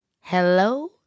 Hello